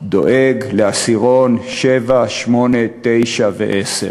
דואג לעשירון 7, 8, 9 ו-10.